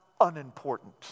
unimportant